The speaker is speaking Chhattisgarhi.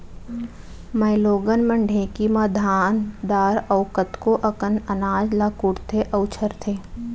माइलोगन मन ढेंकी म धान दार अउ कतको अकन अनाज ल कुटथें अउ छरथें